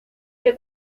que